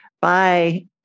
Bye